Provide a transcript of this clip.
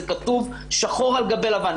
זה כתוב שחור על גבי לבן.